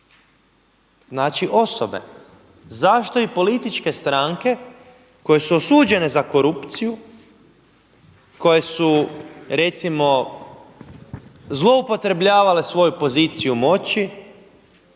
znači osobe? Zašto i političke stranke koje su osuđene za korupciju, koje su recimo zloupotrebljavale svoju poziciju moći,